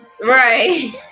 Right